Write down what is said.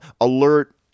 alert